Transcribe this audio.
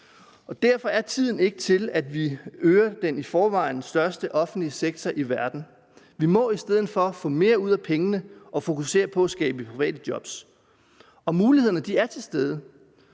Derfor er tiden ikke til, at vi øger den i forvejen største offentlige sektor i verden. Vi må i stedet for få mere ud af pengene og fokusere på at skabe private jobs. Mulighederne er til stede.